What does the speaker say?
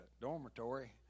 dormitory